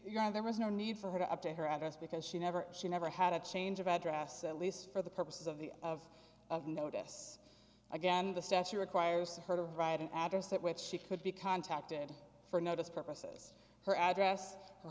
you know there was no need for her to up to her address because she never she never had a change of address at least for the purposes of the of of notice again the statue requires her to write an address that which she could be contacted for notice purposes her address her